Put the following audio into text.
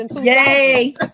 Yay